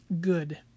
good